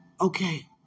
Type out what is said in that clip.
Okay